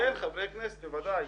כן, חברי הכנסת בוודאי.